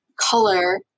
color